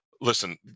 listen